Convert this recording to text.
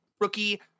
rookie